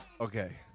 Okay